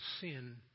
sin